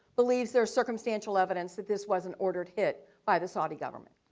believes there's circumstantial evidence that this was an ordered hit by the saudi government.